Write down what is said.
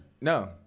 No